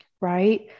right